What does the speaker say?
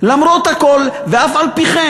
למרות הכול ואף-על-פי-כן,